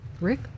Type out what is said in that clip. rick